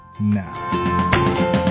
now